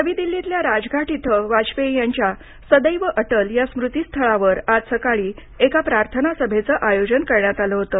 नवी दिल्लीतल्या राजघाट इथं वाजपेयी यांच्या सदैव अटल या स्मृतीस्थळावर आज सकाळी एका प्रार्थना सभेचं आयोजन करण्यात आलं होतं